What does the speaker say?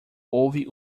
houve